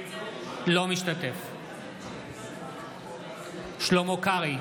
אינו משתתף בהצבעה שלמה קרעי,